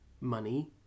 money